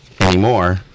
Anymore